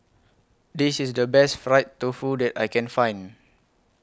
This IS The Best Fried Tofu that I Can Find